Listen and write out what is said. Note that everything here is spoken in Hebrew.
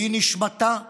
שהם נשמתה החופשית,